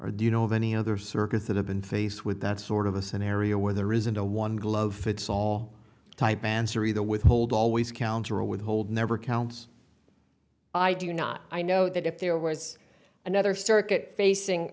or do you know of any other circuits that have been faced with that sort of a scenario where there isn't a one glove fits all type answer either withhold always counter with hold never counts i do not i know that if there was another circuit facing